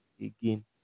again